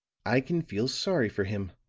i can feel sorry for him.